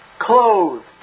clothed